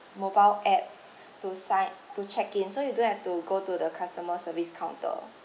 mobile app to sign to check in so you don't have to go to the customer service counter